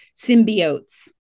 symbiotes